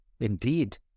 Indeed